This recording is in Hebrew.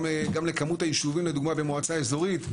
גם לכמות היישובים לדוגמה במועצה אזורית,